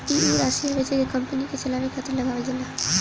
ई ऊ राशी हवे जेके कंपनी के चलावे खातिर लगावल जाला